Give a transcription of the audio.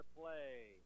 play